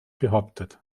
behauptet